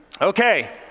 Okay